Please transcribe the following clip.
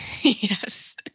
yes